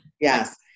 Yes